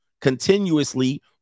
continuously